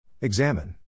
Examine